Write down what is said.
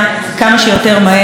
כי זה מה שמגיע לה.